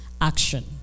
action